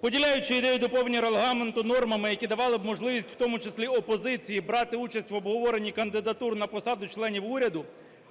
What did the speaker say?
Поділяючи ідею доповнення Регламенту нормами які б давали можливість в тому числі опозиції брати участь в обговоренні кандидатур на посаду членів уряду